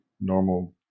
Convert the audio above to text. normal